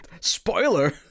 spoiler